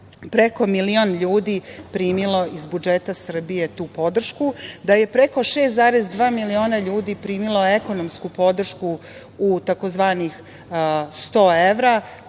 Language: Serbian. da je preko milion ljudi primilo iz budžeta Srbije tu podršku, da je preko 6,2 miliona ljudi primilo ekonomsku podršku u tzv. 100 evra,